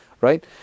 right